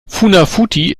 funafuti